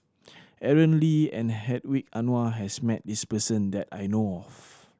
Aaron Lee and Hedwig Anuar has met this person that I know of